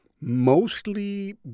mostly